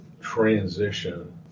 transition